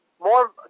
more